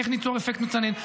איך ניצור אפקט מצנן?